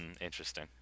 Interesting